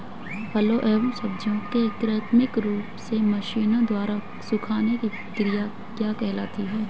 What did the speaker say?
फलों एवं सब्जियों के कृत्रिम रूप से मशीनों द्वारा सुखाने की क्रिया क्या कहलाती है?